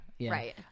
Right